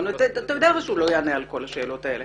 אתה הרי יודע שהוא לא יענה על כל השאלות האלה.